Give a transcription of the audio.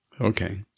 okay